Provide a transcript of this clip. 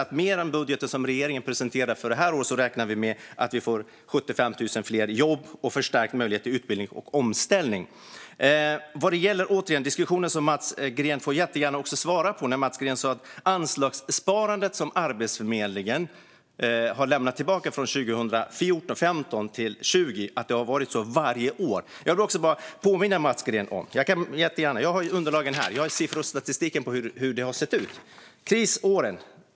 Utöver den budget som regeringen presenterat för det här året räknar vi med att vi får 75 000 fler i jobb och förstärkt möjlighet till utbildning och omställning. Jag kommer tillbaka till diskussionen om anslagssparandet. Här får Mats Green jättegärna svara. Han sa att Arbetsförmedlingen har lämnat tillbaka anslagssparandet varje år från 2014 till 2020. Jag har här underlag med siffror och statistik på hur det har sett ut.